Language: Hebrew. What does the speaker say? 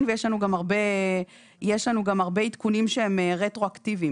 ויש לנו גם הרבה עדכונים שהם רטרואקטיביים.